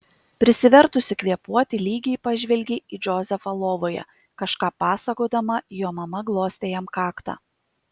prisivertusi kvėpuoti lygiai pažvelgė į džozefą lovoje kažką pasakodama jo mama glostė jam kaktą